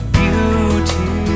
beauty